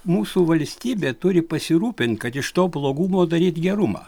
mūsų valstybė turi pasirūpint kad iš to blogumo daryt gerumą